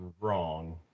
wrong